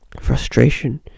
frustration